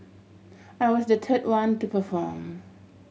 I was the third one to perform